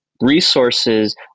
Resources